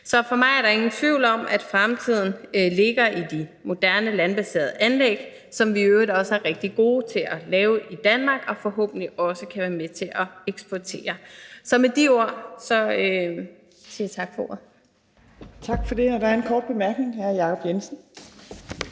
Så for mig er der ingen tvivl om, at fremtiden ligger i de moderne landbaserede anlæg, som vi i øvrigt også er rigtig gode til at lave i Danmark, og som vi forhåbentlig også kan være med til eksportere. Så med de ord jeg tak for ordet. Kl. 17:52 Fjerde næstformand (Trine Torp): Tak for det.